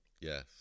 Yes